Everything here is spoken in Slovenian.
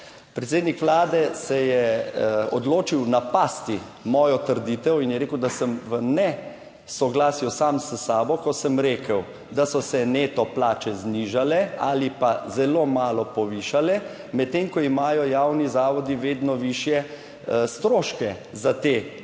Predsednik Vlade se je odločil napasti mojo trditev in je rekel, da sem v nesoglasju sam s sabo, ko sem rekel, da so se neto plače znižale ali pa zelo malo povišale, medtem ko imajo javni zavodi vedno višje stroške za te plače.